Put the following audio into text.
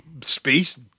space